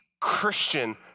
Christian